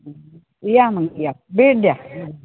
या मग या भेट द्या